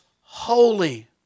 holy